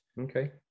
Okay